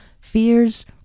fears